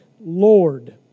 Lord